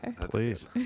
Please